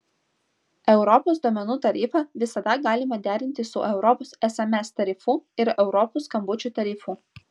europos duomenų tarifą visada galima derinti su europos sms tarifu ir europos skambučių tarifu